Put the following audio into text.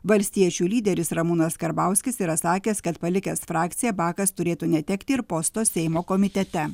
valstiečių lyderis ramūnas karbauskis yra sakęs kad palikęs frakciją bakas turėtų netekti ir posto seimo komitete